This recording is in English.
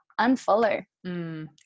unfollow